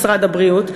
משרד הבריאות,